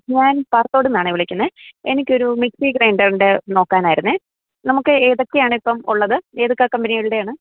ഞാൻ പാറത്തോട്ന്നാണ് വിളിക്കുന്നത് എനിക്ക് ഒരു മിക്സീ ഗ്രേയ്ൻറ്റർൻറ്റെ നോക്കാൻ ആയിരുന്നു നമുക്ക് ഏതൊക്കെ ആണിപ്പം ഉള്ളത് ഏതൊക്കെ കമ്പനികളുടെയാണ്